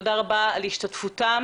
תודה רבה על השתתפותם.